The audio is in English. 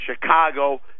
Chicago